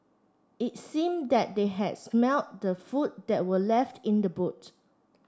it seemed that they had smelt the food that were left in the boot